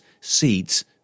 seeds